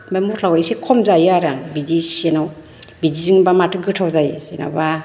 ओमफ्राय मस्लाखौ एसे खम जायो आरो आं बिदि सिजोनाव बिदिजोंबा माथो गोथाव जायो जेन'बा